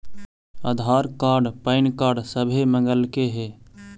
आधार card PAN card सभे मगलके हे?